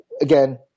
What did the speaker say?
again